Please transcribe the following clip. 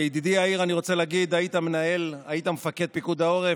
לידידי יאיר אני רוצה להגיד: היית מפקד פיקוד העורף,